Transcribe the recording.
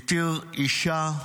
הותיר אישה,